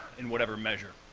in whatever measure.